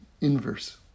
inverse